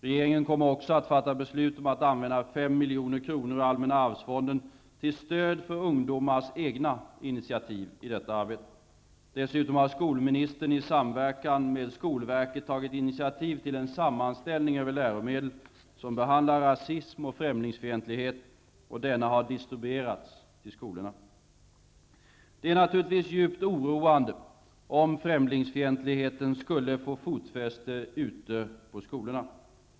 Regeringen kommer också att fatta beslut om att använda 5 milj.kr. ur allmänna arvsfonden till stöd för ungdomars egna initiativ i detta arbete. Dessutom har skolministern i samverkan med skolverket tagit initiativ till en sammanställning över läromedel som behandlar rasism och främlingsfientlighet, och denna har distribuerats till skolorna. Det är naturligtvis djupt oroande om främlingsfientligheten skulle få fotfäste ute på skolorna.